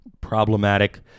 problematic